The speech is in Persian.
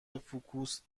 فوکس